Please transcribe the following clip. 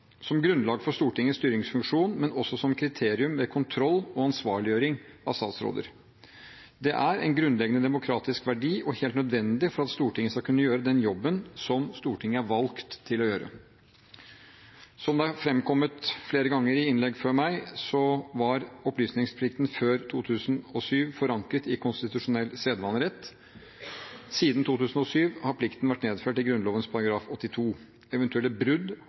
som grunnlag for Stortingets styringsfunksjon, men også som kriterium ved kontroll og ansvarliggjøring av statsråder. Det er en grunnleggende demokratisk verdi og helt nødvendig for at Stortinget skal kunne gjøre den jobben som Stortinget er valgt til å gjøre. Som det er fremkommet flere ganger i innlegg før meg, var opplysningsplikten før 2007 forankret i konstitusjonell sedvanerett. Siden 2007 har plikten vært nedfelt i Grunnloven § 82. Eventuelle brudd